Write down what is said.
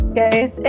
guys